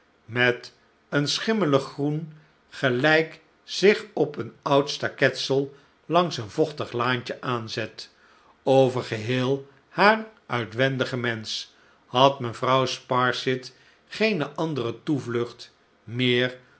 met een schimmelig groen gelijk zich op een oud staketsel langs een vochtig laantje aanzet over geheel haar uitwendigen mensch had mevrouw sparsit geene andere toevlucht meer